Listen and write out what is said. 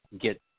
get